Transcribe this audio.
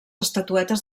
estatuetes